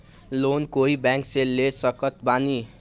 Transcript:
Loan कोई bank से ले सकत बानी?